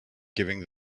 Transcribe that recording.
giving